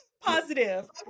positive